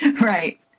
right